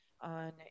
on